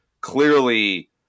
clearly